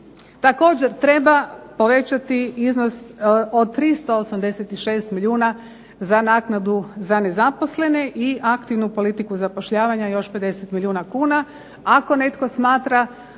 Također treba povećati iznos od 386 milijuna za naknadu za nezaposlene i aktivnu politiku zapošljavanja još 50 milijuna kuna. Ako netko smatra